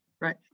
Right